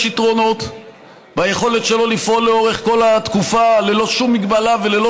יתרונות ביכולת שלו לפעול לאורך כל התקופה ללא שום מגבלה וללא